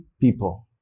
people